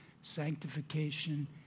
sanctification